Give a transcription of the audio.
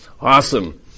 awesome